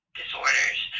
disorders